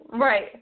Right